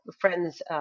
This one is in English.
friends